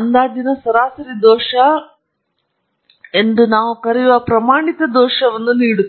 ಅಂದಾಜಿನ ಸರಾಸರಿ ದೋಷ ಎಂದು ನಾವು ಕರೆಯುವ ಪ್ರಮಾಣಿತ ದೋಷವನ್ನು ನೀಡುತ್ತದೆ